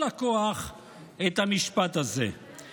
המשיכי את המשפט הזה בכל הכוח.